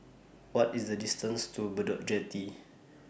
What IS The distance to Bedok Jetty